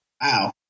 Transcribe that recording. Wow